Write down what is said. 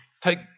take